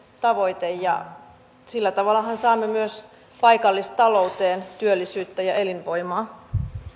tavoite ja sillä tavallahan saamme myös paikallistalouteen työllisyyttä ja elinvoimaa